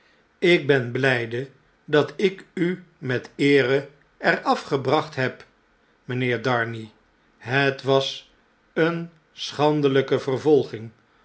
lk ben blijde dat ik u met eere er afgebracht heb mpheer darnay het was eene schandelijke vervolging